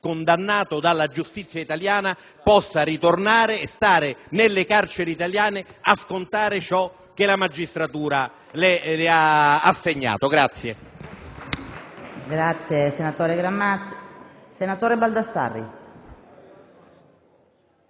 condannato dalla giustizia italiana, possa ritornare e scontare nelle carceri italiane la pena che la magistratura gli ha assegnato.